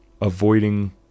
avoiding